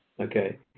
okay